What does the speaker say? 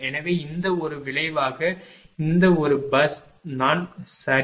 எனவே இந்த ஒரு விளைவாக இந்த ஒரு பேருந்து நான் சரி